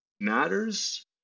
matters